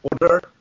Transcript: order